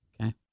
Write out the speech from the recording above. Okay